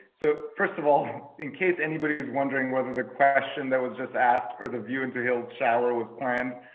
so first of all, in case anybody's wondering whether the question that was just asked for the view into hill's shower was planned,